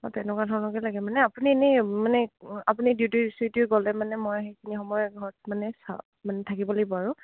অঁ তেনেকুৱা ধৰণৰকৈ লাগে মানে আপুনি এনেই মানে আপুনি ডিউটি চিউটি গ'লে মানে মই সেইখিনি সময় ঘৰত মানে চাব মানে থাকিব লাগিব আৰু